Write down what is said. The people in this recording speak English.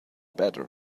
better